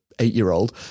eight-year-old